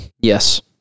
Yes